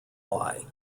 why